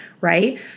right